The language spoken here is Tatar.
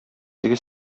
теге